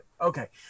Okay